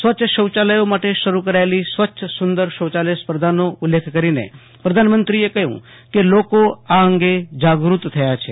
સ્વચ્છ શૌચ્ચાલયો માટે શરૂ કરાયેલી સ્વચ્છ સુંદર શૌચાલય સ્પર્ધાનો ઉલ્લેખ કરીને પ્રધાનમંત્રી કહ્યું કે લોકો આ અંગે જાગૂત થયા છે